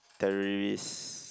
Teris